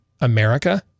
America